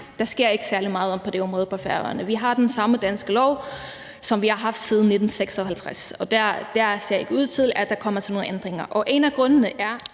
der sker ikke særlig meget på det område på Færøerne. Vi har den samme danske lov, som vi har haft siden 1956, og det ser ikke ud til, at sker nogen ændringer, og hvis du spørger